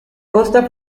costa